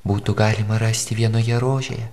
būtų galima rasti vienoje rožėje